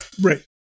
right